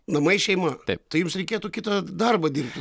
namai šeima tai jums reikėtų kitą darbą dirbti